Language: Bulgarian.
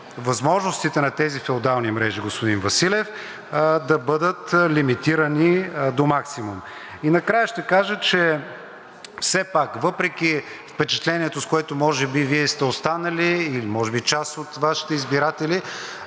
възможностите на тези феодални мрежи, господин Василев, да бъдат лимитирани до максимум. Накрая ще кажа, че все пак, въпреки впечатлението с което може би вие сте останали, или може би част от Вашите избиратели,